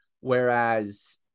Whereas